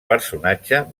personatge